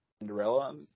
Cinderella